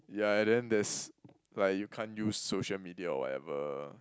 yeah and then there's like you can't use social media or whatever